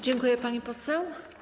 Dziękuję, pani poseł.